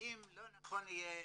האם לא נכון יהיה